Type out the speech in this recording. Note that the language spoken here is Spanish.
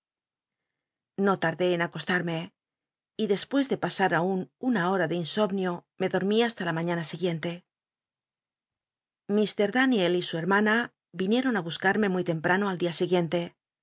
o tardé en acoslamc y despucs de pasm aun una ho a de insomnio me dormí hasta la maiíana siguiente fr daniel y su hcmlana vinioli'on ü buscarme muy temprano al dia siguiente